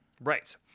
right